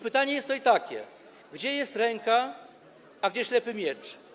Pytanie jest tutaj takie: Gdzie jest ręka, a gdzie ślepy miecz?